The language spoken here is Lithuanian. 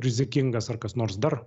rizikingas ar kas nors dar